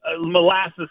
molasses